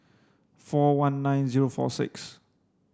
four one nine zero four six